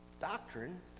doctrine